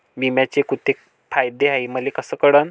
बिम्याचे कुंते फायदे हाय मले कस कळन?